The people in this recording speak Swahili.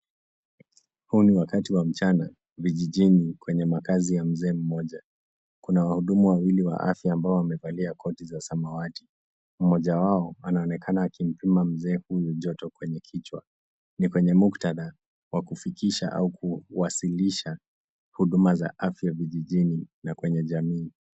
Huu ni wakati wa mchana vijijini kwenye makaazi ya mzee mmoja. Kuna wahudumu wawili wa afya ambao wamevalia koti za samawati. Mmoja wao anaonekana akimpima mzee huyu joto kwenye kichwa. Ni kwenye muktadha wa kufikisha au kuwasilisha huduma za afya vijijini na kwenye jamii.